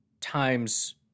times